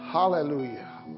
Hallelujah